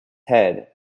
head